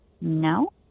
No